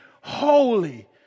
holy